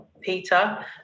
Peter